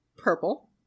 purple